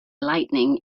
lighting